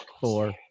four